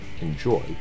Enjoy